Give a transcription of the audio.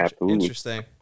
interesting